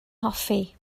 hoffi